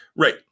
Right